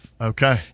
Okay